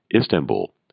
Istanbul